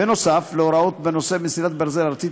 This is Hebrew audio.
בנוסף להוראות בנושא מסילת ברזל ארצית,